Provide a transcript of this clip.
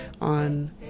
on